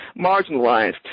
marginalized